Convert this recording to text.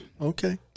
Okay